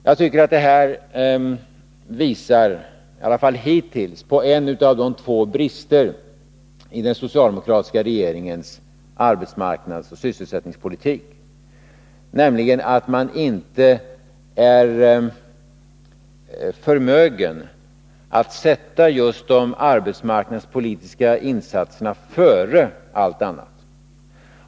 Jag tycker att detta — i varje fall hittills — visar på två brister i den socialdemokratiska regeringens arbetsmarknadsoch sysselsättningspolitik. Den ena är att man inte är förmögen att sätta just de arbetsmarknadspolitiska insatserna före allt annat.